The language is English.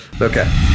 Okay